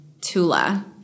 Tula